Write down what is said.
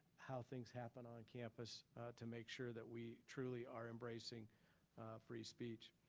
how things happen on campus to make sure that we truly are embracing free speech.